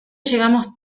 llegamos